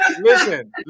Listen